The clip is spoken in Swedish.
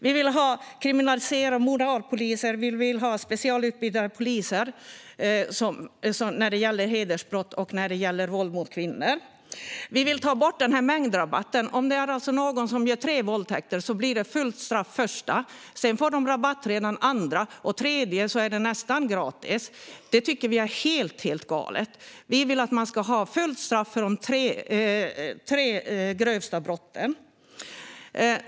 Vi vill kriminalisera moralpoliser, vi vill ha specialutbildade poliser när det gäller hedersbrott och när det gäller våld mot kvinnor. Vi vill ta bort mängdrabatten. Om någon begår tre våldtäkter blir det fullt straff för den första. Sedan får man rabatt redan vid den andra, och vid den tredje är det nästan gratis. Det tycker vi är helt galet. Vi vill att man ska ha fullt straff för de tre grövsta brotten.